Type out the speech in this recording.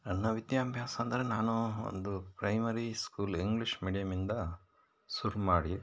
ನನ್ನ ವಿದ್ಯಾಭ್ಯಾಸ ಅಂದರೆ ನಾನು ಒಂದು ಪ್ರೈಮರಿ ಸ್ಕೂಲ್ ಇಂಗ್ಲೀಷ್ ಮೀಡಿಯಮ್ಮಿಂದ ಶುರು ಮಾಡಿ